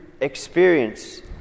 experience